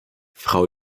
frau